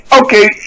okay